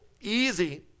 easy